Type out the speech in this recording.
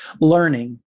learning